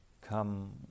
come